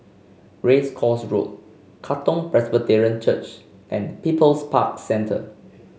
Race Course Road Katong Presbyterian Church and People's Park Centre